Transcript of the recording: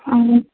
आणि